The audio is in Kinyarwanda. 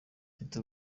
mfite